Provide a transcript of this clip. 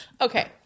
Okay